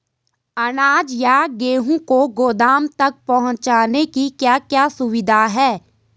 अनाज या गेहूँ को गोदाम तक पहुंचाने की क्या क्या सुविधा है?